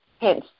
hence